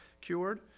cured